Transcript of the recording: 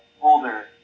older